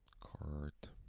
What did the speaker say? cart